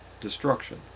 destruction